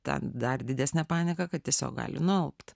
ten dar didesne panika kad tiesiog gali nualpt